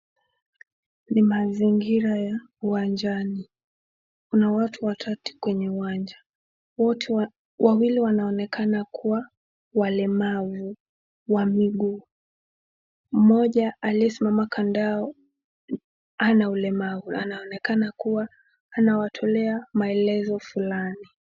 Ni mazingira ya uwanjani. Kuna watu watatu kwenye uwanja. Wawili wanaonekana kuwa walemavu wa miguu. Mmoja aliyesimama kando yao hana ulemavu, anaonekana kuwa anawatolea maelezo fulani.